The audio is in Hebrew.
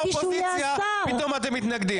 פתאום אתם מתנגדים.